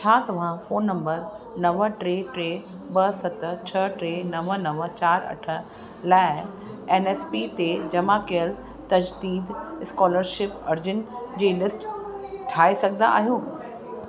छा तव्हां phone number नव टे टे ॿ सत छह टे नव नव चारि अठ लाइ एन एस पी ते जमा कयलु तज़दीदु स्कोलरशिप अर्जियुनि जी लिस्ट ठाहे सघंदा आहियो